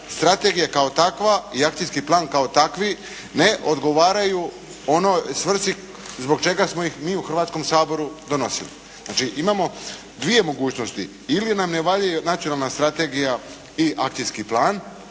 strategija kao takva i akcijski plan kao takvi ne odgovaraju onoj svrsi zbog čega smo ih mi u Hrvatskom saboru donosili. Znači, imamo dvije mogućnosti. Ili nam ne valjaju nacionalna strategija i akcijski plan